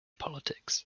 politics